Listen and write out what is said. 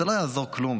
לא יעזור כלום.